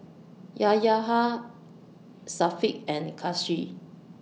Yayaha Syafiq and Kasih